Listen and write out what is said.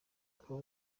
akaba